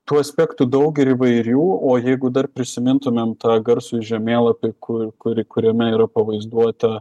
tų aspektų daug ir įvairių o jeigu dar prisimintumėm tą garsų žemėlapį kur kuri kuriame yra pavaizduota